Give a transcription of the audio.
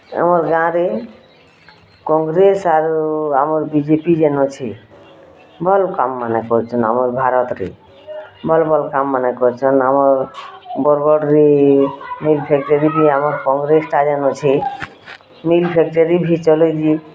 ଆମର୍ ଗାଁରେ କଂଗ୍ରେସ୍ ଆରୁ ଆମର୍ ବି ଜେ ପି ଯେନ୍ ଅଛେ ଭଲ୍ କାମ୍ମାନେ କରୁଛନ୍ତି ଆମର୍ ଭାରତ୍ରେ ଭଲ୍ ଭଲ୍ କାମ୍ମାନେ କରୁଛନ୍ ଆମର୍ ବର୍ଗଡ଼୍ରେ ମିଲ୍ ଫ୍ୟାକ୍ଟେରୀ ବି ଆମର୍ କଂଗ୍ରେସ୍ଟା ଯେନ୍ ଅଛେ ମିଲ୍ ଫ୍ୟାକ୍ଟେରୀ ବି ଚଲେଇଛେ